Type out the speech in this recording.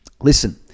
listen